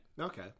Okay